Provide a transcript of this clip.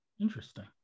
Interesting